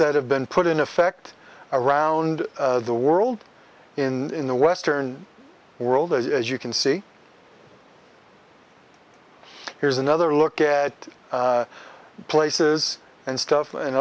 that have been put in effect around the world in the western world as you can see here's another look at places and stuff